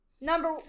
Number